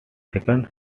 second